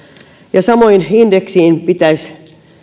ja samoin pitäisi